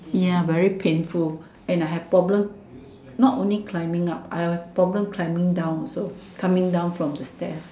ya very painful and I have problem not only climbing up I have problem climbing down also climbing down from the stairs